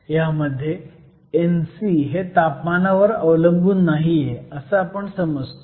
ह्यामध्ये NC हे तापमानावर अवलंबून नाहीये असं आपण समजतो